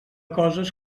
coses